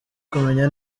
kumenya